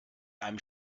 einem